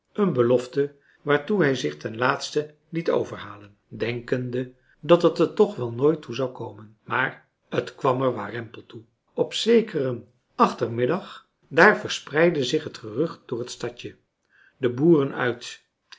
een belofte waartoe hij zich ten laatste liet overhalen denkende dat het er toch wel nooit toe komen zou maar het kwam er warempel toe op zekeren achtermiddag daar verspreidde zich het gerucht door het stadje de boeren uit